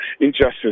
injustice